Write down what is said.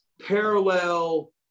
parallel